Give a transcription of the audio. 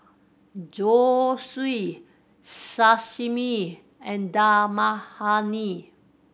Zosui Sashimi and Dal Makhani